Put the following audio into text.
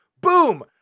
Boom